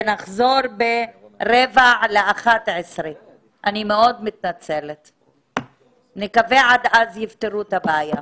ונחזור בשעה 10:45. נקווה שעד אז יפתרו את הבעיה.